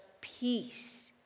peace